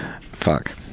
Fuck